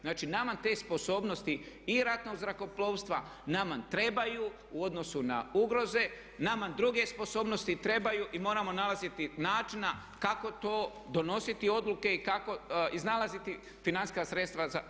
Znači nama te sposobnosti i ratnog zrakoplovstva, nama trebaju u odnosu na ugroze, nama druge sposobnosti trebaju i moramo nalaziti načina kako to donositi odluke i kako iznalaziti financijska sredstva za to.